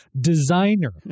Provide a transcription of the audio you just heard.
Designer